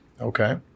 Okay